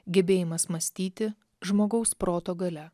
gebėjimas mąstyti žmogaus proto galia